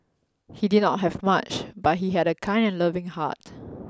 he did not have much but he had a kind and loving heart